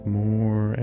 more